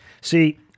See